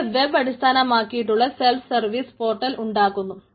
ഇത് വെബ് അടിസ്ഥാനമാക്കിയുള്ള self service portal ഉണ്ടാക്കുന്നു